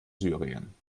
syrien